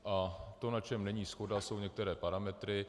A to, na čem není shoda, jsou některé parametry.